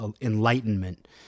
enlightenment